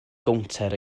gownter